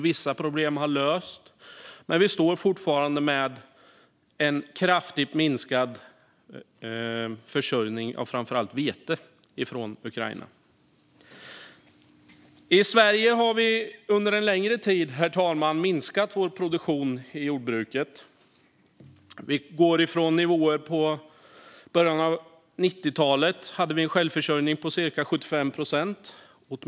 Vissa problem har lösts, men vi står fortfarande med en kraftigt minskad försörjning med framför allt vete från Ukraina. I Sverige har vi under en längre tid, herr talman, minskat vår produktion i jordbruket. I början av 90-talet hade vi en självförsörjning på cirka 75 procent.